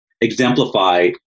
exemplify